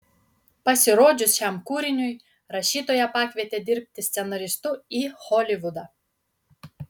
pasirodžius šiam kūriniui rašytoją pakvietė dirbti scenaristu į holivudą